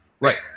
Right